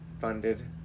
funded